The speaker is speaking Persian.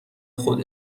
خود